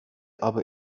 aber